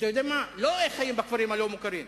אתה יודע מה, לא איך חיים בכפרים הלא-מוכרים,